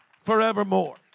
forevermore